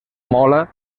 mola